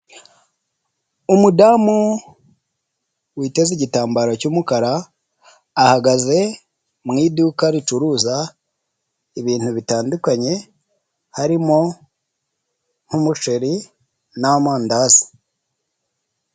Umudamu witeze igitambaro cy'umukara. Ahagaze mu iduka ricuruza ibintu bitandukanye harimo nk'umuceri n'amandazi.